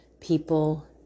people